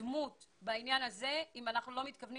התקדמות בעניין הזה אם אנחנו לא מתכוונים